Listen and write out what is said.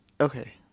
okay